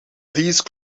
these